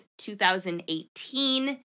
2018